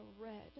red